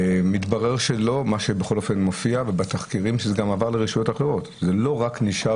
מתברר בתחקירים שזה גם עבר לרשויות אחרות וזה לא רק נשאר